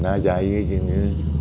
ना जायो जोङो